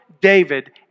David